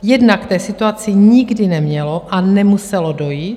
Jednak k té situaci nikdy nemělo a nemuselo dojít.